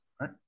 right